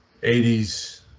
80s